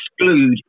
exclude